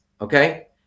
Okay